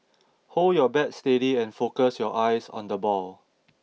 hold your bat steady and focus your eyes on the ball